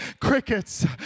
crickets